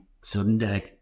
Sunday